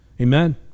amen